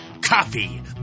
coffee